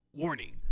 Warning